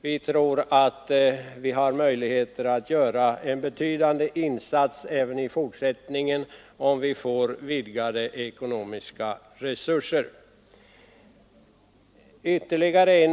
Vi tror att vi har möjligheter att göra en betydande insats även i fortsättningen, om vi får vidgade ekonomiska resurser.